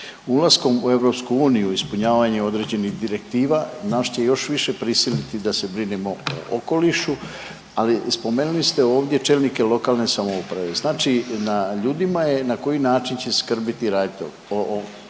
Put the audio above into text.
Ulaskom u EU ispunjavanje određenih direktiva nastoji još više prisiliti da se brinemo o okolišu, ali spomenuli ste ovdje čelnike lokalne samouprave. Znači na ljudima je na koji način će skrbiti i